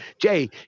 Jay